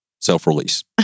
self-release